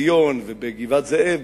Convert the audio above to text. ובתל-ציון ובגבעת-זאב.